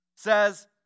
Says